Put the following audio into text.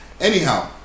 Anyhow